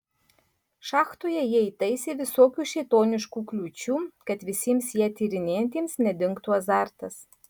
šachtoje jie įtaisė visokių šėtoniškų kliūčių kad visiems ją tyrinėjantiems nedingtų azartas